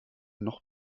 noch